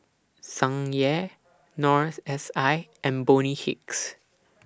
Tsung Yeh North S I and Bonny Hicks